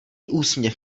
úsměv